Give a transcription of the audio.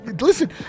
Listen